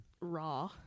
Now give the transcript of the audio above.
Raw